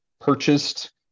purchased